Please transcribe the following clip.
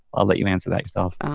i'll let you answer that yourself oh